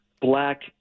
black